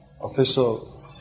official